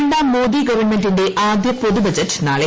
രണ്ടാം മോഡി ഗവൺമെന്റിന്റെ ആദ്യം പ്രിപാതു ബജറ്റ് നാളെ